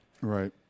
Right